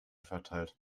verteilt